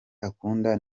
akunda